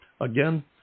Again